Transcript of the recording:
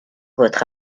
votre